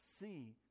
see